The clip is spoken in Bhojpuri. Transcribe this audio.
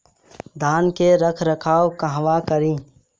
धान के रख रखाव कहवा करी?